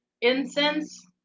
incense